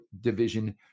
division